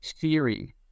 theory